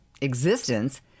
existence